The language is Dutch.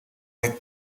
dit